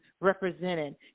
represented